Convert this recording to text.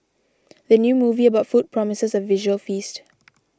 the new movie about food promises a visual feast